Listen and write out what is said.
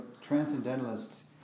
transcendentalists